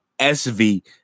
sv